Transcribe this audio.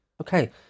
Okay